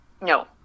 No